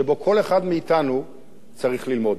שכל אחד מאתנו צריך ללמוד.